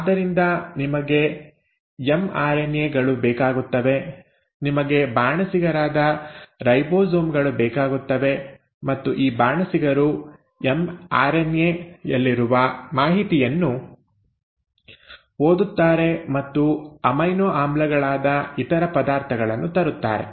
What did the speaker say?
ಆದ್ದರಿಂದ ನಿಮಗೆ ಎಂಆರ್ಎನ್ಎ ಗಳು ಬೇಕಾಗುತ್ತವೆ ನಿಮಗೆ ಬಾಣಸಿಗರಾದ ರೈಬೋಸೋಮ್ ಗಳು ಬೇಕಾಗುತ್ತವೆ ಮತ್ತು ಈ ಬಾಣಸಿಗರು ಎಂಆರ್ಎನ್ಎ ಯಲ್ಲಿರುವ ಮಾಹಿತಿಯನ್ನು ಓದುತ್ತಾರೆ ಮತ್ತು ಅಮೈನೊ ಆಮ್ಲಗಳಾದ ಇತರ ಪದಾರ್ಥಗಳನ್ನು ತರುತ್ತಾರೆ